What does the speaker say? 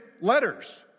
letters